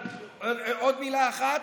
עוד מילה אחת.